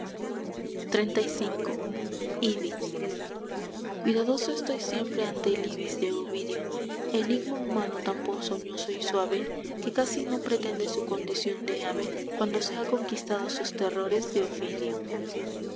amén xxxv ibis cuidadoso estoy siempre ante el ibis de ovidio enigma humano tan ponzoñoso y suave que casi no pretende su condición de ave cuando se ha conquistado sus terrores de ofidio